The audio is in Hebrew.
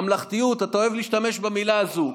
ממלכתיות, אתה אוהב להשתמש במילה הזו.